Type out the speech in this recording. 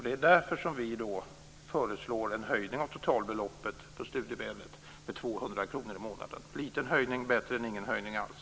Det är därför som vi föreslår en höjning av totalbeloppet på studiemedlet med 200 kr i månaden. En liten höjning är bättre än ingen höjning alls.